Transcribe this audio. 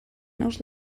naus